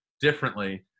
differently